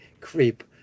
creep